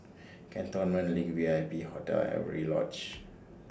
Cantonment LINK V I P Hotel and Avery Lodge